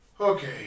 Okay